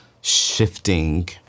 shifting